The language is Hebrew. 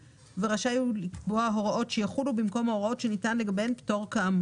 מה אם נכניס את הפטורים לנושאים